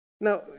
Now